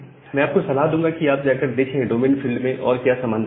मैं आपको यह सलाह दूंगा कि आप जाकर देखें की डोमेन फील्ड में और क्या संभावनाएं हैं